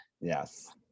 Yes